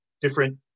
different